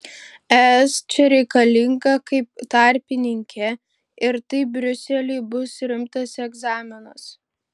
es čia reikalinga kaip tarpininkė ir tai briuseliui bus rimtas egzaminas